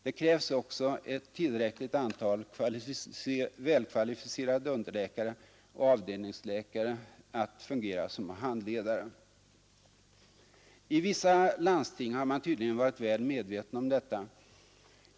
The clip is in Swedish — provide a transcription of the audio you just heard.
Det krävs också ett tillräckligt antal välkvalificerade underläkare och avdelningsläkare att fungera som handledare. I vissa landsting har man tydligen varit väl medveten om detta.